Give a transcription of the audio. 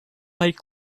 fight